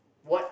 what